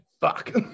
fuck